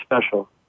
special